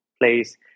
place